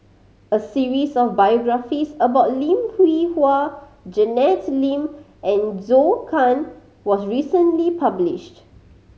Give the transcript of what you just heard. a series of biographies about Lim Hwee Hua Janet Lim and Zhou Can was recently published